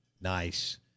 Nice